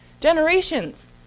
Generations